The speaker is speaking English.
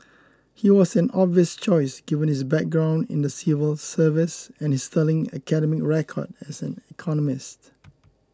he was an obvious choice given his background in the civil service and his sterling academic record as an economist